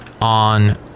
On